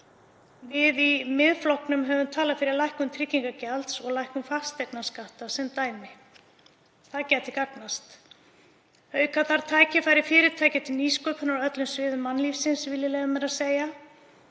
Við í Miðflokknum höfum talað fyrir lækkun tryggingagjalds og lækkun fasteignaskatta, sem dæmi. Það gæti gagnast. Auka þarf tækifæri fyrirtækja til nýsköpunar á öllum sviðum mannlífsins, vil ég leyfa mér að segja.